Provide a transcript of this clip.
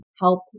help